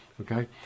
okay